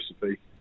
recipe